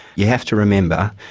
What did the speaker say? you have to remember,